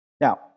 Now